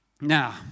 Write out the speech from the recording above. Now